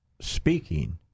speaking